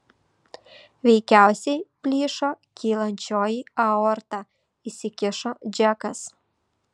veikiausiai plyšo kylančioji aorta įsikišo džekas